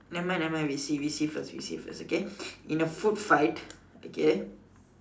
nevermind nevermind we see we see first we see first okay in a food fight okay